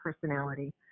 personality